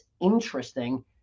interesting